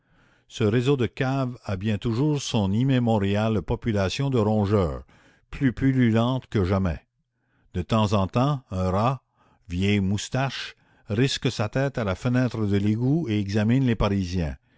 ce réseau de caves a bien toujours son immémoriale population de rongeurs plus pullulante que jamais de temps en temps un rat vieille moustache risque sa tête à la fenêtre de l'égout et examine les parisiens